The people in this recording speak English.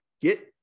get